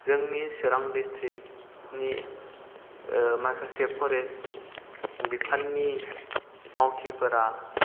जोंनि चिरां दिस्ट्रिक्टनि ओ माखासे फरेस्ट बिफाननि मावथिफोरा